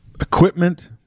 equipment